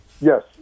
yes